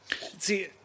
See